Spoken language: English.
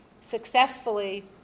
successfully